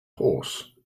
horse